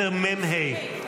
-- 10 מ"ה.